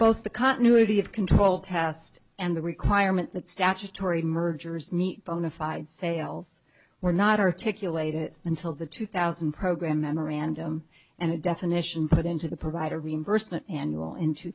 both the continuity of control test and the requirement that statutory mergers meet bonafide sales were not articulate it until the two thousand program memorandum and the definition put into the provider reimbursement annual in two